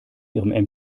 ihrem